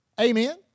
Amen